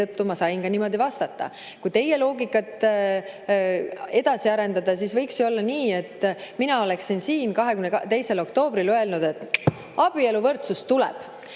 ma sain ka niimoodi vastata. Kui teie loogikat edasi arendada, siis võiks ju olla nii, et mina oleksin siin 22. oktoobril öelnud: "Abieluvõrdsus tuleb!"